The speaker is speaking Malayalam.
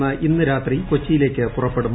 നിന്ന് ഇന്ന് രാത്രി കൊച്ചിയിലേക്ക് പുറപ്പെടും